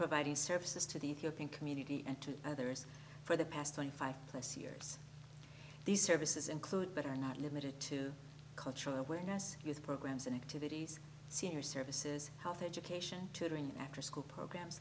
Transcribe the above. providing services to the ethiopian community and to others for the past twenty five plus years these services include but are not limited to cultural awareness youth programs and activities senior services health education tutoring afterschool programs